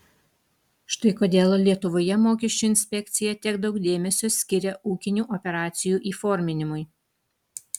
štai kodėl lietuvoje mokesčių inspekcija tiek daug dėmesio skiria ūkinių operacijų įforminimui